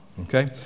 okay